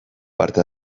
parte